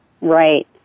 Right